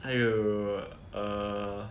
还有 err